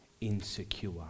insecure